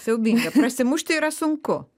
siaubinga prasimušti yra sunku